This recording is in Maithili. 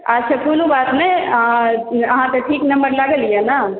अच्छा कोनो बात नहि अहाँके ठीक नंबर लागल यऽ ने